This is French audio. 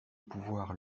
pouvoir